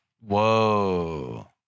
Whoa